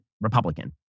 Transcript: Republican